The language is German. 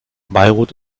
beirut